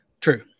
True